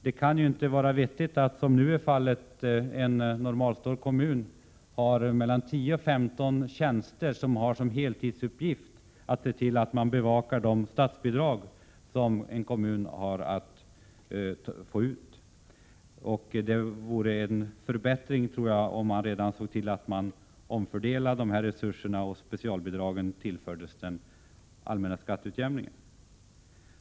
Det kan inte vara vettigt att, som nu är fallet, en normalstor kommun har 10—15 tjänster för anställda, vilka har som heltidsuppgift att bevaka de statsbidrag som en kommun har rätt att få ut. Det vore en förbättring om vi såg till att omfördela dessa resurser så att specialbidragen i stället tillförs de medel som finns för den allmänna skatteutjämningen.